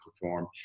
perform